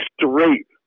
straight